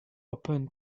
open